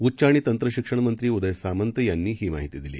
उच्चआणितंत्रशिक्षणमंत्रीउदयसामंतयांनीहीमाहितीदिली